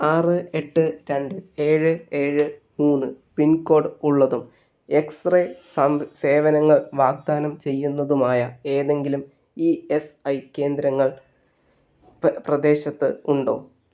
ആറ് എട്ട് രണ്ട് ഏഴ് ഏഴ് മൂന്ന് പിൻകോഡ് ഉള്ളതും എക്സ്റേ സം സേവനങ്ങൾ വാഗ്ദാനം ചെയ്യുന്നതുമായ ഏതെങ്കിലും ഇ എസ് ഐ കേന്ദ്രങ്ങൾ പ്രദേശത്ത് ഉണ്ടോ